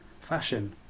fashion